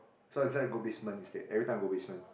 so I decide go basement instead everytime I go basements